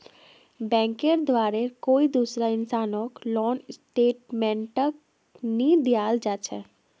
बैंकेर द्वारे कोई दूसरा इंसानक लोन स्टेटमेन्टक नइ दिखाल जा छेक